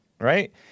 Right